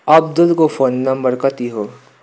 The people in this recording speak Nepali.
अब्दुलको फोन नम्बर कति हो